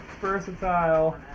versatile